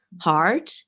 hard